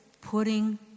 putting